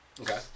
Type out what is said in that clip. Okay